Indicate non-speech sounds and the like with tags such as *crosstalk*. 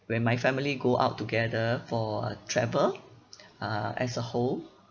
when my family go out together for a travel *breath* uh as a whole